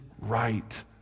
right